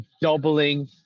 doubling